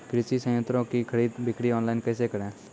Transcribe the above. कृषि संयंत्रों की खरीद बिक्री ऑनलाइन कैसे करे?